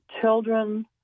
children